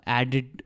added